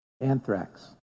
anthrax